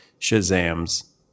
Shazam's